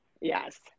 Yes